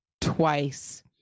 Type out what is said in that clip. twice